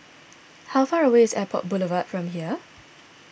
how far away is Airport Boulevard from here